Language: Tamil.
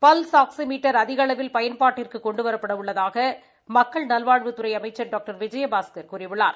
பல்ஸ் ஆக்ஸிமீட்டர் அதிக அளவில் பன்பாட்டிற்கு கொண்டு வரப்பட உள்ளதாக மக்கள் நல்வாழ்வுத்துறை அமைச்சா் டாக்டர் விஜயபாஸ்கர் கூறியுள்ளார்